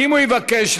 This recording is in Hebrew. אין דבר כזה.